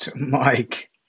Mike